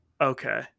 Okay